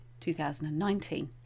2019